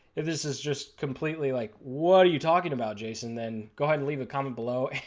this is just completely like what are you talking about jason then go ahead and leave a comment below.